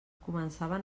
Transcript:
començaven